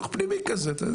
דו"ח פנימי כזה.